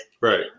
Right